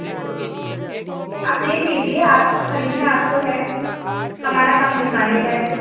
आप देख लीजिए आपको खरीदना आपको है हमारा काम दिखाने का है